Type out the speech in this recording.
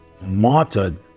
martyred